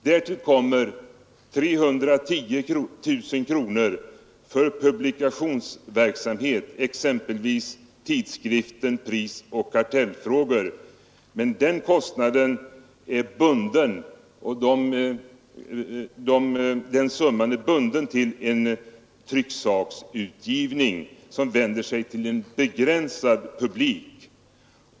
Därtill kommer 310 000 kronor för publikationsverksamhet, exempelvis för tidskriften Prisoch kartellfrågor. Men den summan är alltså bunden till utgivning av trycksaker som vänder sig till en begränsad publik.